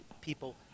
people